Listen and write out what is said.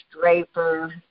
Draper